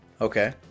Okay